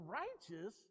righteous